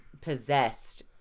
possessed